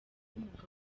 umugabo